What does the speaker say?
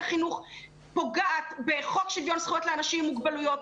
החינוך פוגע בחוק שוויון זכויות לאנשים עם מוגבלויות,